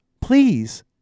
Please